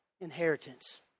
inheritance